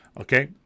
Okay